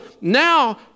now